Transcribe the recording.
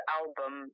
album